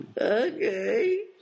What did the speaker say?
Okay